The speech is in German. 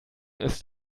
ist